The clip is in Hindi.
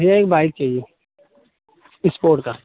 भईया एक बाइक चाहिए इस्पोर्ट का